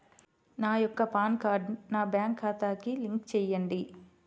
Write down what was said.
నా యొక్క పాన్ కార్డ్ని నా బ్యాంక్ ఖాతాకి లింక్ చెయ్యండి?